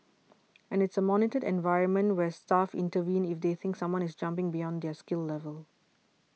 and it's a monitored environment where staff intervene if they think someone is jumping beyond their skill level